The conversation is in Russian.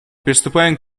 приступаем